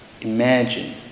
imagine